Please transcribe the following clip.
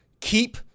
keep